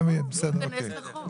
בסדר.